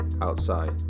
outside